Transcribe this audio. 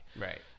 Right